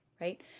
right